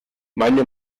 meine